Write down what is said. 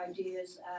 ideas